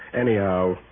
Anyhow